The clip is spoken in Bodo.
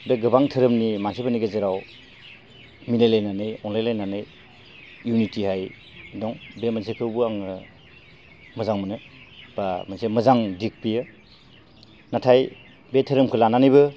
बे गोबां धोरोमनि मानसिफोरनि गेजेराव मिलायलायनानै अनलायलायनानै इउनिटियै दं बे मोनसेखौबो आङो मोजां मोनो बा मोनसे मोजां दिग बेयो नाथाय बे धोरोमखौ लानानैबो